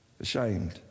ashamed